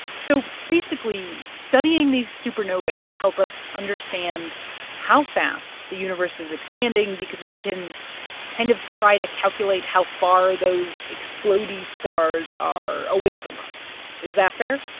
so basically studying these supernovae help us understand how fast the universe is expanding because we can kind of try to calculate how far those explode-y stars are away from us. is that fair?